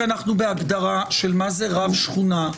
כי אנחנו בהגדרה של מה זה רב שכונה.